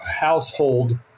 household